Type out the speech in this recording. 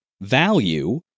value